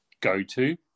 go-to